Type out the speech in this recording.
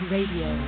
Radio